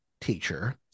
teacher